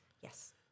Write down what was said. Yes